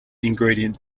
ingredient